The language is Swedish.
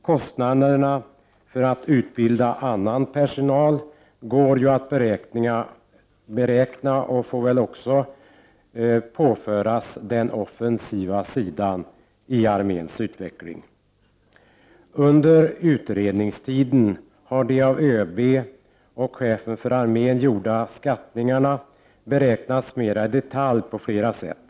Kostnaderna för att utbilda annan personal går ju att beräkna och får väl påföras den offensiva sidan i arméns utveckling. Under utredningstiden har de av ÖB och chefen för armén gjorda skattningarna beräknats mera i detalj på flera sätt.